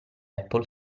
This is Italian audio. apple